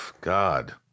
God